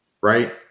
right